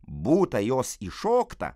būta jos įšokta